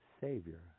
Savior